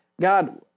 God